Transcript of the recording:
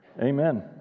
Amen